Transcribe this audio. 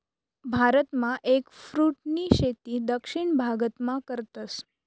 भारतमा एगफ्रूटनी शेती दक्षिण भारतमा करतस